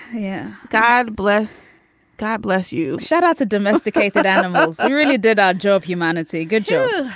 yeah. god bless god bless you. shout out to domesticated animals. i really did our job. humanity. good job.